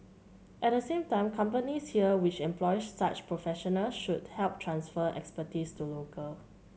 at the same time companies here which employ such professional should help transfer expertise to local